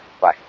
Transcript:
Bye